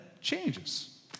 changes